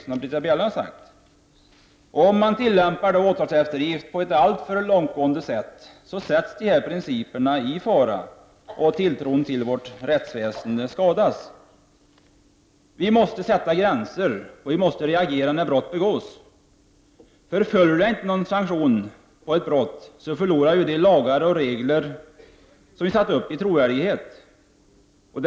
Om man tillämpar åtalseftergift på ett alltför långtgående sätt kommer dessa principer att sättas i fara, och tilltron till vårt rättsväsende skadas. Vi måste sätta gränser, och vi måste reagera när brott begås. Om det inte följer någon sanktion på ett brott, kommer nämligen de lagar och regler som vi har satt upp att förlora i trovärdighet.